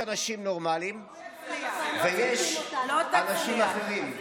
יש אנשים נורמליים ויש אנשים אחרים.